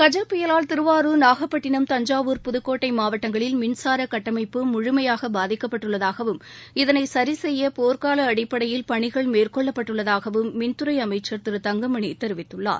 கஜா புயலால் திருவாரூர் நாகப்பட்டினம் தஞ்சாவூர் புதுக்கோட்டை மாவட்டங்களில் மின்சார கட்டமைப்பு முழுமையாக பாதிக்கப்பட்டுள்ளதாகவும் இதனை சரிசெய்ய போர்கால அடிப்படையில் பணிகள் மேற்கொள்ளப்பட்டுள்ளதாகவும் மின்துறை அமைச்சர் திரு தங்கமணி தெரிவித்துள்ளார்